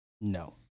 no